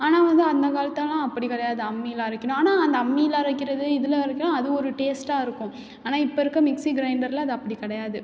ஆனால் வந்து அந்த காலத்திலலாம் அப்படி கிடையாது அம்மியில் அரைக்கணும் ஆனால் அந்த அம்மியில் அரைக்கிறது இதில் அரைக்க அது ஒரு டேஸ்ட்டாக இருக்கும் ஆனால் இப்போ இருக்க மிக்ஸி க்ரைண்டரில் அது அப்படி கிடையாது